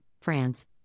France